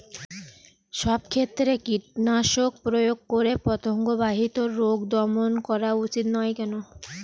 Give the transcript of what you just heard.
সব ক্ষেত্রে কীটনাশক প্রয়োগ করে পতঙ্গ বাহিত রোগ দমন করা উচিৎ নয় কেন?